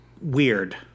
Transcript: weird